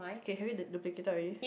okay have you duplicate out already